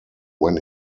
when